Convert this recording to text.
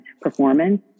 performance